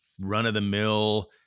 run-of-the-mill